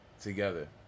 together